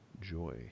joy